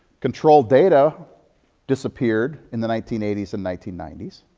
control data disappeared in the nineteen eighty s and nineteen ninety s.